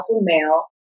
male